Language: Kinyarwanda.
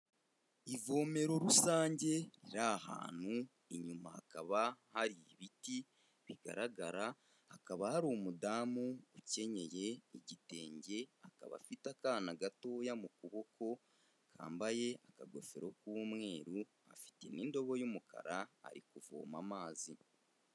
Ivomero rusange riri ahantu, inyuma hakaba hari ibiti bigaragara hakaba hari umudamu ukenyeye igitenge akaba afite akana gatoya mu kuboko kambaye akagofero k'umweru, afite n'indobo y'umukara ari kuvoma amazi.